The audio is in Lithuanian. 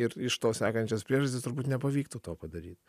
ir iš to sekančias priežastis turbūt nepavyktų to padaryt